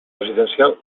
residencial